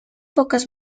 pocas